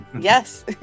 yes